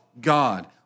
God